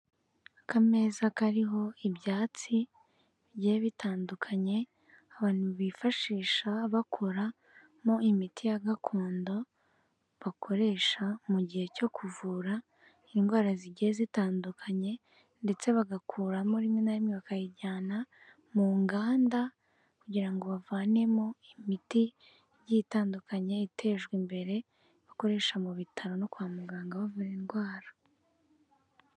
Akameza kariho ibyatsi bigiye bitandukanye , abantu bifashisha bakoramo imiti ya gakondo bakoresha mu gihe cyo kuvura indwara zigiye zitandukanye, ndetse bagakuramo rimwe na rimwe bakayijyana mu nganda kugira ngo bavanemo imiti igiye itandukanye itejwe imbere, bakoresha mu bitaro no kwa muganga bavura indwara.